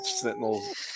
sentinels